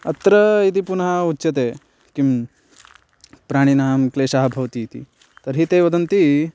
अत्र यदि पुनः उच्यते किं प्राणिनां क्लेशः भवति इति तर्हि ते वदन्ति